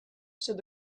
said